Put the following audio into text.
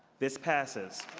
this passes.